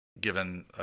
given